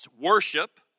worship